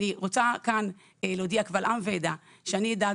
אני רוצה להודיע כאן קבל עם ועדה שאני אדאג